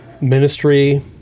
ministry